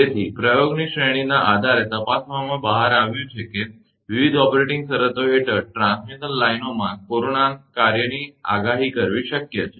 તેથી પ્રયોગની શ્રેણીના આધારે તપાસમાં બહાર આવ્યું છે કે વિવિધ ઓપરેટિંગ શરતો હેઠળ ટ્રાન્સમિશન લાઇનોમાં કોરોના કાર્યની આગાહી કરવી શક્ય છે